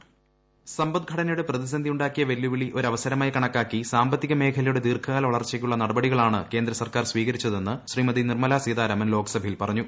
voice സമ്പദ്ഘടനയുടെ പ്രതിസന്ധിയുണ്ടാക്കിയ വെല്ലുവിളി ഒരു അവസരമായി കണക്കാക്കി സാമ്പത്തിക മേഖലയുടെ ദീർഘകാല വളർച്ചയ്ക്കുള്ള നടപടികളാണ് കേന്ദ്ര സർക്കാർ സ്വീകരിച്ചതെന്ന് ശ്രീമതി നിർമ്മലാ സീതാരാമൻ ലോക്സഭയിൽ പറഞ്ഞു